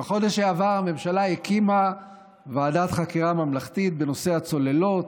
בחודש שעבר הקימה הממשלה ועדת חקירה ממלכתית בנושא הצוללות.